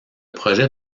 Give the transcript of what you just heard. projets